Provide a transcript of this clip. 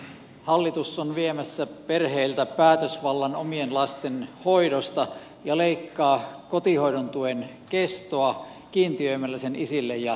hallitus on viemässä perheiltä päätösvallan omien lasten hoidosta ja leikkaa kotihoidon tuen kestoa kiintiöimällä sen isille ja äideille